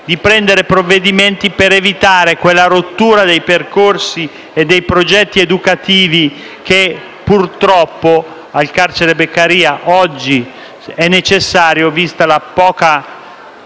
di adottare provvedimenti per evitare quella rottura dei percorsi e dei progetti educativi che purtroppo al carcere Beccaria oggi si rende necessaria, vista la scarsa